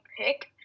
pick